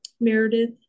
Meredith